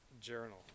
journal